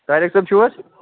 طاریٖق صٲب چھُو حظ